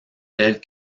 tels